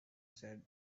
said